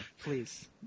Please